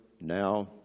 now